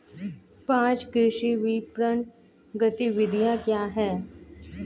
पाँच कृषि विपणन गतिविधियाँ क्या हैं?